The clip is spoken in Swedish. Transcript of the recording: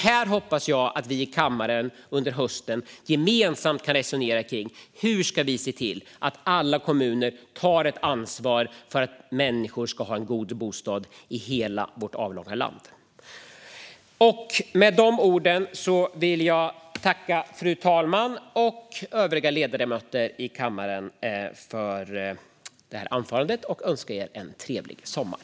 Här hoppas jag att vi i kammaren under hösten gemensamt kan resonera om hur vi ska se till att alla kommuner tar ett ansvar för att människor ska ha en god bostad i hela vårt avlånga land. Med de orden vill jag tacka fru talmannen och övriga ledamöter i kammaren och önska er en trevlig sommar.